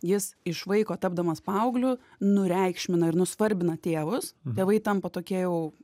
jis iš vaiko tapdamas paaugliu nureikšminga ir nusvarbina tėvus tėvai tampa tokie jau